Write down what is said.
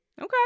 Okay